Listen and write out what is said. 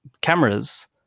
cameras